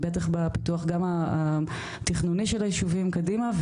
בטח בפיתוח גם התכנוני של הישובים קדימה,